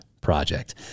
project